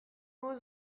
nur